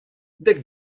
dek